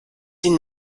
ihnen